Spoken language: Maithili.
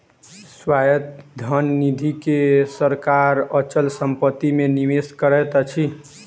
स्वायत्त धन निधि के सरकार अचल संपत्ति मे निवेश करैत अछि